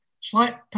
Slight